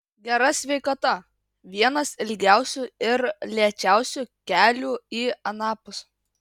gera sveikata vienas ilgiausių ir lėčiausių kelių į anapus